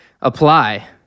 apply